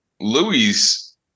Louis